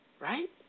right